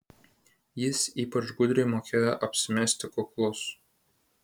jis ypač gudriai mokėjo apsimesti kuklus